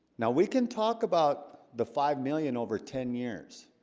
now we can talk about the five million over ten years